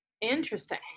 Interesting